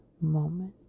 moment